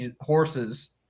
horses